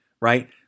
right